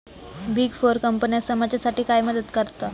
Big four कंपन्या समाजासाठी काय मदत करतात?